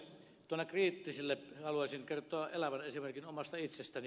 tuonne kriittisille haluaisin kertoa elävän esimerkin omasta itsestäni